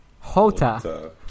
Hota